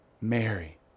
Mary